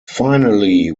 finally